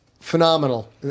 phenomenal